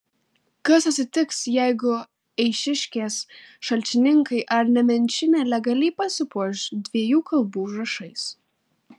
kas atsitiks jeigu eišiškės šalčininkai ar nemenčinė legaliai pasipuoš dviejų kalbų užrašais